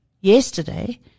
yesterday